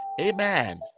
Amen